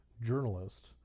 journalist